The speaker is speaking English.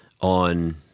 on